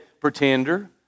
pretender